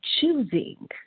choosing